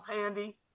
handy